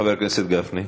חבר הכנסת גפני.